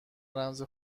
رمز